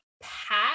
pack